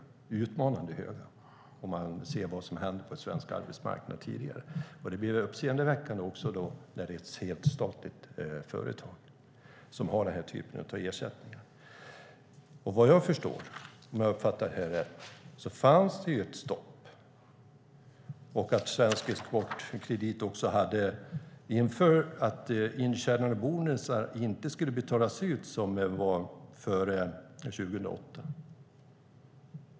De är utmanande höga om man ser till vad som har hänt på svensk arbetsmarknad tidigare. Det blir också uppseendeväckande när det är ett statligt företag som har denna typ av ersättningar. Vad jag förstår, om jag uppfattar detta rätt, fanns det ett stopp. Svensk Exportkredit hade också infört att intjänade bonusar inte skulle betalas ut, vilket man gjorde före 2008.